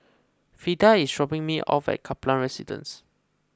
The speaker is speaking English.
Frida is dropping me off at Kaplan Residence